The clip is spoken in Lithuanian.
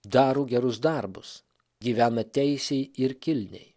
daro gerus darbus gyvena teisiai ir kilniai